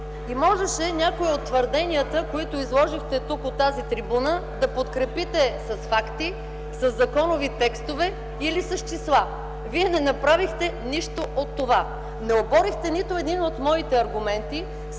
Можеше някои от твърденията, които изложихте от тази трибуна, да подкрепите с факти, със законови текстове или с числа. Вие не направихте нищо от това. Не оборихте нито един от моите аргументи,